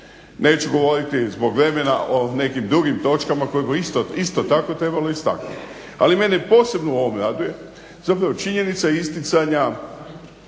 Neću govoriti zbog vremena o nekim drugim točkama koje bi isto tako trebalo istaknuti, ali mene posebno u ovom raduje zapravo činjenica isticanja